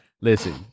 Listen